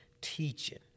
teaching